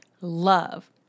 love